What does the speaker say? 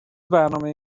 برنامه